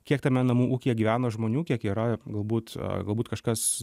kiek tame namų ūkyje gyvena žmonių kiek yra galbūt galbūt kažkas